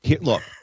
Look